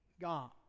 God